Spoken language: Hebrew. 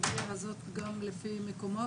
בסיכום הזה גם לפי מקומות?